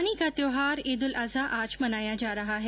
कुर्बानी का त्यौहार ईद उल अजहा आज मनाया जा रहा है